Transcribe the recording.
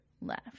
left